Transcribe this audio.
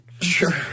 sure